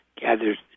gathered